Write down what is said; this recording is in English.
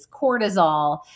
cortisol